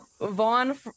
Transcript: vaughn